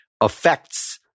affects